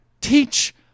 teach